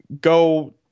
go –